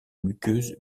muqueuses